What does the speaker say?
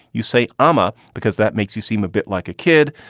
you say ama because that makes you seem a bit like a kid,